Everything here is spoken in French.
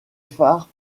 phare